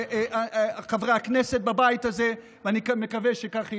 כל חברי הכנסת בבית הזה, ואני מקווה שכך יהיה.